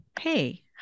Hey